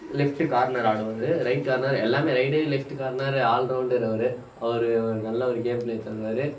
left corner ஆடுவார் right corner எல்லாம் raid left corner all rounder அவரு அவரு ஒரு நல்ல ஒரு கேம் பிளே தருவார்